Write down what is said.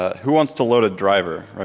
who wants to load a driver?